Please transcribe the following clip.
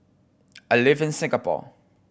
I live in Singapore